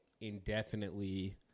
indefinitely